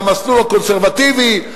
במסלול הקונסרבטיבי,